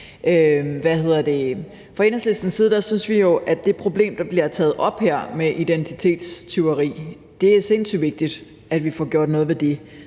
Fra Enhedslistens side synes vi jo, at det problem, der bliver taget op her med identitetstyveri, er det sindssygt vigtigt at vi får gjort noget ved.